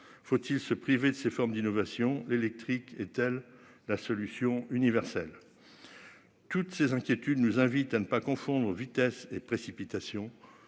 Faut-il se priver de ces formes d'innovation, l'électrique est-elle la solution universelle. Toutes ces inquiétudes nous invite à ne pas confondre vitesse et précipitation.